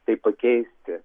tai pakeisti